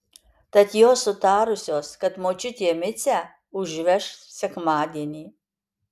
tad jos sutarusios kad močiutė micę užveš sekmadienį